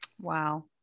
Wow